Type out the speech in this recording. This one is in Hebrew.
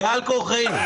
בעל כורחנו.